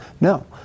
No